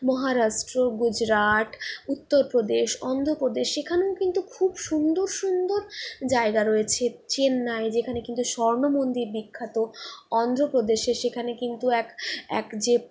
মহারাষ্ট্র গুজরাট উত্তরপ্রদেশ অন্ধ্রপ্রদেশ সেখানেও কিন্তু খুব সুন্দর সুন্দর জায়গা রয়েছে চেন্নাই যেখানে কিন্তু স্বর্ণমন্দির বিখ্যাত অন্ধ্রপ্রদেশে সেখানে কিন্তু এক এক যে